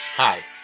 Hi